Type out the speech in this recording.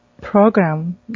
program